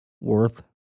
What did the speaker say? worth